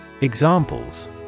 Examples